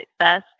success